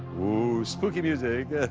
spooky music.